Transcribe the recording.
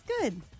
good